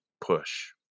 push